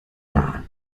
lahn